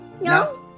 No